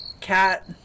cat